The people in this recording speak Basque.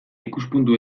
ikuspuntu